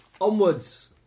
onwards